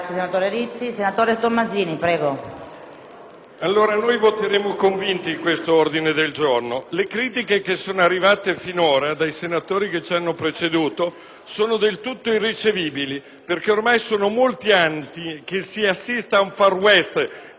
a favore di questo ordine del giorno. Le critiche che sono arrivate finora dai senatori che mi hanno preceduto nel dibattito sono del tutto irricevibili, perché ormai da molti anni si assiste ad un Far West nelle Regioni sulle modalità di rapporto